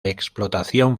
explotación